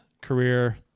career